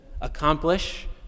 accomplish